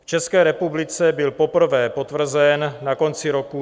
V České republice byl poprvé potvrzen na konci roku 2017.